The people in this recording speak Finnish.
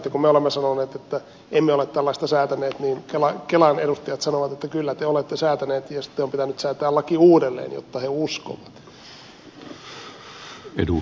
ja kun me olemme sanoneet että emme ole tällaista säätäneet niin kelan edustajat sanovat että kyllä te olette säätäneet ja sitten on pitänyt säätää laki uudelleen jotta he uskovat